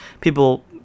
People